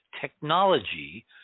technology